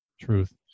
Truth